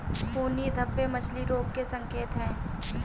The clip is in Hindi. खूनी धब्बे मछली रोग के संकेत हैं